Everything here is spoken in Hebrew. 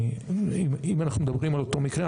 אם אנחנו מדברים על אותו מקרה,